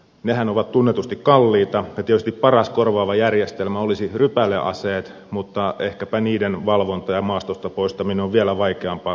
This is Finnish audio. nehän ovat tunnetusti kalliita ja tietysti paras korvaava järjestelmä olisivat rypäleaseet mutta ehkäpä niiden valvonta ja maastosta poistaminen on vielä vaikeampaa kuin jalkaväkimiinojen